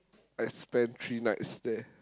I spent three nights there